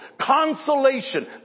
consolation